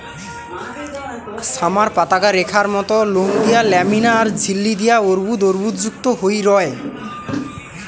summer পাতাগা রেখার মত লোম দিয়া ল্যামিনা আর ঝিল্লি দিয়া অর্বুদ অর্বুদযুক্ত হই রয়